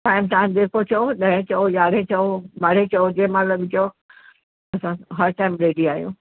time तव्हां जेको चयो ॾहें चयो यारहें चयो ॿारहें चयो जे महिल बि चयो असां हर टाइम रेडी आहियूं